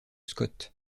scott